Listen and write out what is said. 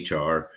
HR